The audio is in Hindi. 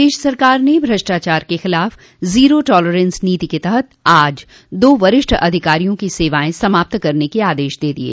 प्रदेश सरकार ने भ्रष्टाचार के खिलाफ जीरो टालरेंस नीति के तहत आज दो वरिष्ठ अधिकारियों की सेवा समाप्त करने के आदेश दे दिये